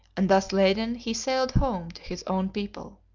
and thus laden he sailed home to his own people.